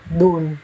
dun